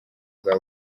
bwa